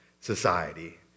society